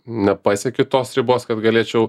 nepasiekiu tos ribos kad galėčiau